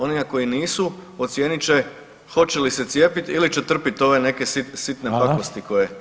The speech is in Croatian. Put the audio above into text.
Onima koji nisu ocijenit će hoće li se cijepiti ili će trpit ove neke sitne pakosti koje